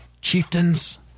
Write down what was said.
Chieftains